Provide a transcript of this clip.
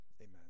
Amen